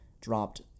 dropped